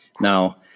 Now